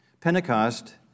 Pentecost